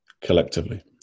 collectively